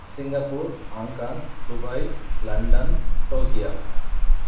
Singapore Hong Kong Dubai London Tokyo